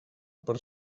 per